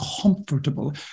comfortable